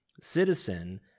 Citizen